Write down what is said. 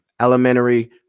elementary